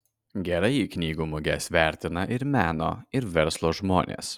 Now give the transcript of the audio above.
gerai knygų muges vertina ir meno ir verslo žmonės